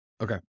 Okay